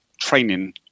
training